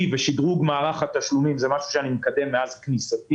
ושדרוג מערך התשלומים זה דבר שאני מקדם מאז כניסתי.